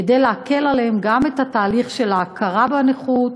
כדי להקל עליהם גם את התהליך של ההכרה בנכות,